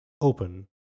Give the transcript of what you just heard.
open